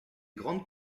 grandes